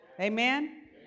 Amen